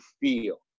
feel